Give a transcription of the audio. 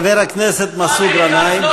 חבר הכנסת מסעוד גנאים.